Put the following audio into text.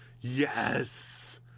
yes